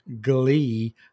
glee